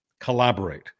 Collaborate